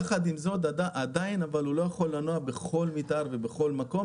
ויחד עם זאת הוא לא יכול לנוע בכל מתאר ובכל מקום,